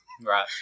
Right